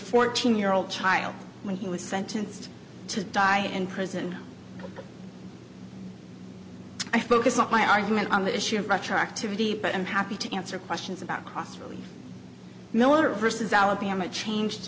fourteen year old child when he was sentenced to die in prison i focus not my argument on the issue of retroactivity but i'm happy to answer questions about cross really miller versus alabama changed